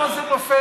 הפוך,